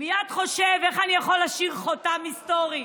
מייד חושב: איך אני יכול להשאיר חותם היסטורי,